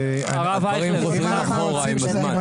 הרב אייכלר, אנחנו חוזרים אחורה עם הזמן.